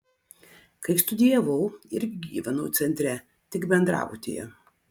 kai studijavau irgi gyvenau centre tik bendrabutyje